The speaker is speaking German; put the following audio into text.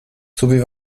sowie